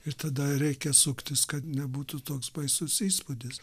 ir tada reikia suktis kad nebūtų toks baisus įspūdis